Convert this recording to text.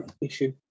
issue